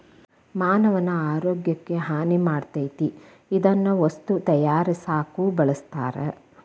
ಮಾನವನ ಆರೋಗ್ಯಕ್ಕ ಹಾನಿ ಮಾಡತತಿ ಇದನ್ನ ವಸ್ತು ತಯಾರಸಾಕು ಬಳಸ್ತಾರ